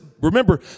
Remember